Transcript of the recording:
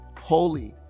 Holy